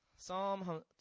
Psalm